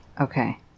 Okay